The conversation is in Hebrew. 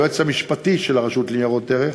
היועץ המשפטי של הרשות לניירות ערך,